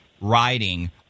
riding